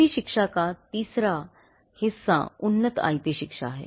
IP शिक्षा का तीसरा हिस्सा उन्नत आईपी शिक्षा है